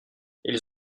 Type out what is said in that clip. ils